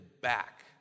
back